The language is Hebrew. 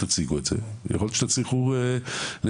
תציגו את זה ויכול להיות שתצליחו לשכנע,